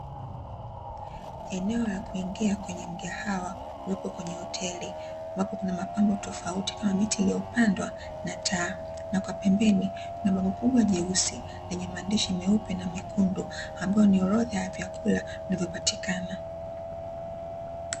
Eneo la kuingia kwenye mgahawa ulioko kwenye hoteli, ambapo kuna mapambo tofauti kama miti iliyopandwa na taa. Na kwa pembeni kuna bango kubwa jeusi, lenye maandishi meupe na mekundu, ambayo ni orodha ya vyakula vinavyopatikana.